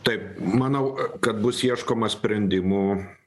taip manau kad bus ieškoma sprendimų